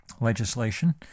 legislation